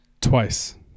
Twice